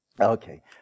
Okay